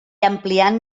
ampliant